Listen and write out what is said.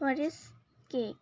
forest cake